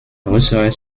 größerer